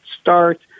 start